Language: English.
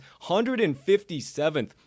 157th